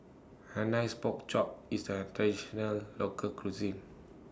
Hainan's Pork Chop IS A Traditional Local Cuisine